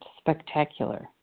spectacular